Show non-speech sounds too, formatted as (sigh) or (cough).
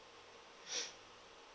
(breath)